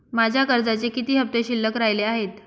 माझ्या कर्जाचे किती हफ्ते शिल्लक राहिले आहेत?